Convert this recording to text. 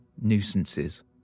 nuisances